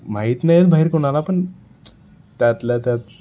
माहीत नाही आहेत बाहेर कोणाला पण त्यातल्या त्यात